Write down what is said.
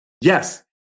Yes